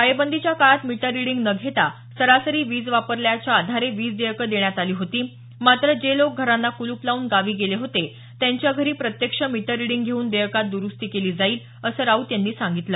टाळेबंदीच्या काळात meter reading न घेता सरासरी वीज वापराच्या आधारे वीज देयकं देण्यात आली होती मात्र जे लोक घरांना कुलूप लावून गावी गेले होते त्यांच्या घरी प्रत्यक्ष मीटर रिडींग घेऊन देयकात दुरुस्ती केली जाईल असं राऊत यांनी सांगितलं